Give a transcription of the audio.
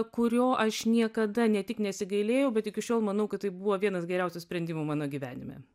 kurio aš niekada ne tik nesigailėjau bet iki šiol manau kad tai buvo vienas geriausių sprendimų mano gyvenime